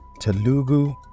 Telugu